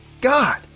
God